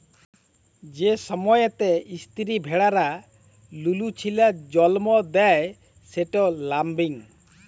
যে সময়তে ইস্তিরি ভেড়ারা লুলু ছিলার জল্ম দেয় সেট ল্যাম্বিং